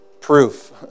proof